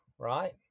right